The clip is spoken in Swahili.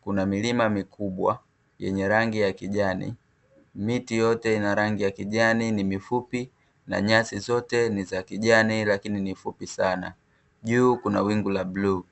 kuna milima mikubwa yenye rangi ya kijani; miti yote ina rangi ya kijani ni mfupi na nyasi zote ni za kijani lakini ni fupi sana juu kuna wingu la bluu.